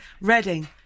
Reading